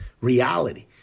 reality